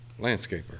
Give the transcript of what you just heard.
landscaper